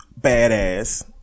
Badass